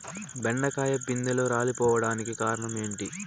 బెండకాయ పిందెలు రాలిపోవడానికి కారణం ఏంటి?